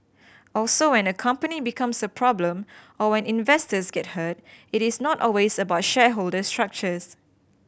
also when a company becomes a problem or when investors get hurt it is not always about shareholder structures